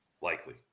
Likely